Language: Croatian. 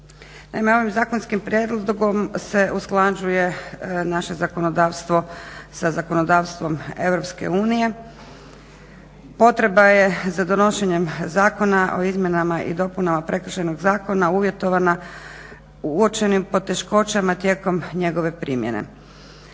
ovim zakonskim prijedlogom se usklađuje naše zakonodavstvo sa zakonodavstvom Europske unije. Potreba je za donošenjem Zakona o izmjenama i dopunama Prekršajnog zakona uvjetovana uočenim poteškoćama tijekom njegove primjene.